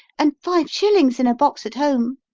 and five shillings in a box at home.